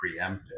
preemptive